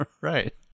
Right